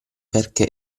perché